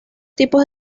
tipos